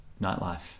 nightlife